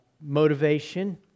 motivation